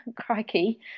crikey